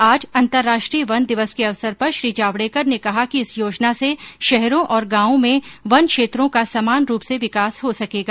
आज अंतर्राष्ट्रीय वन दिवस के अवसर पर श्री जावड़ेकर ने कहा कि इस योजना से शहरों और गांवों में वन क्षेत्रों का समान रूप से विकास हो सकेगा